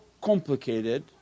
complicated